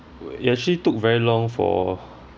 it actually took very long for